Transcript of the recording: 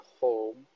home